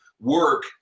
work